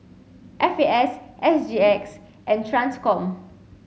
F A S S G X and TRANSCOM